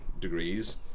degrees